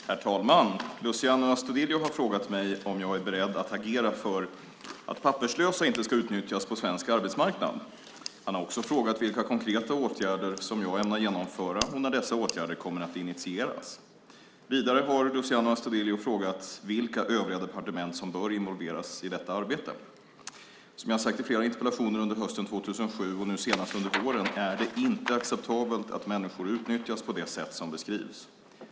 Herr talman! Luciano Astudillo har frågat om jag är beredd att agera för att papperslösa inte ska utnyttjas på svensk arbetsmarknad. Han har också frågat vilka konkreta åtgärder som jag ämnar genomföra och när dessa åtgärder kommer att initieras. Vidare har Luciano Astudillo frågat vilka övriga departement som bör involveras i detta arbete. Som jag har sagt i flera interpellationsdebatter under hösten 2007 och nu senast under våren är det inte acceptabelt att människor utnyttjas på det sätt som beskrivs.